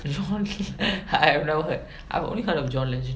john le~ I have never heard I've only heard of john legend